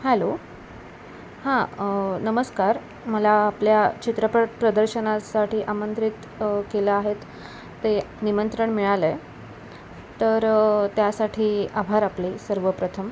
hello हां नमस्कार मला आपल्या चित्रपट प्रदर्शनासाठी आमंत्रित केल्या आहेत ते निमंत्रण मिळालं आहे तर त्यासाठी आभार आपले सर्वप्रथम